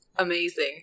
amazing